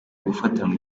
gufatanwa